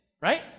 right